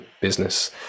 business